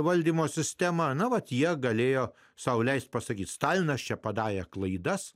valdymo sistemą na vat jie galėjo sau leisti pasakyti stalinas čia padarė klaidas